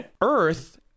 Earth